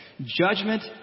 Judgment